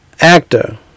actor